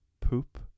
poop